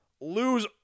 lose